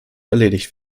erledigt